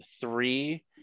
three